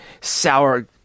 Sour